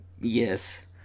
Yes